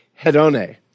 hedone